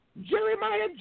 Jeremiah